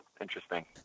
interesting